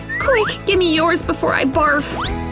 quick, gimme yours before i barf!